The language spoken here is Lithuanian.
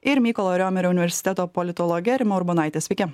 ir mykolo riomerio universiteto politologe rima urbonaite sveiki